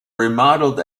remodeled